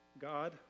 God